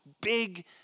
Big